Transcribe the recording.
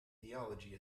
theology